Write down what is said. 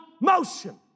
motion